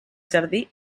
jardí